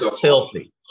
filthy